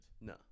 No